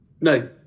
No